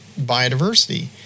biodiversity